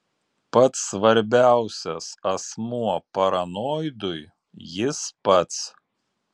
pats svarbiausias asmuo paranoidui jis pats